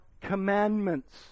commandments